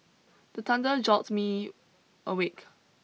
the thunder jolt me awake